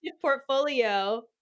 portfolio